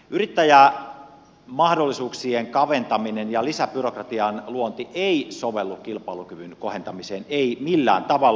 yrittäjän mahdollisuuksien kaventaminen ja lisäbyrokratian luonti eivät sovellu kilpailukyvyn kohentamiseen eivät millään tavalla